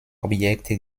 objekte